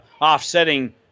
offsetting